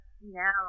now